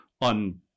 on